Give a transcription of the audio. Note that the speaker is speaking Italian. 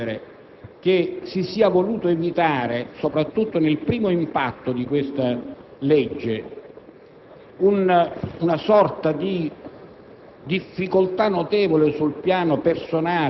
se possiamo in qualche modo comprendere che si siano volute evitare, soprattutto nel primo impatto di questa legge, una serie di